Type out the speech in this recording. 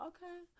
Okay